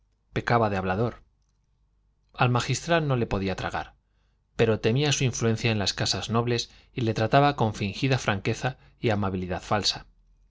pecaba de hablador al magistral no le podía tragar pero temía su influencia en las casas nobles y le trataba con fingida franqueza y amabilidad falsa